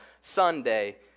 Sunday